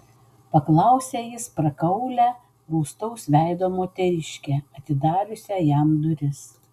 paklausė jis prakaulią rūstaus veido moteriškę atidariusią jam duris